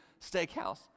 steakhouse